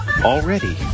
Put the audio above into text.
Already